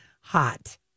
hot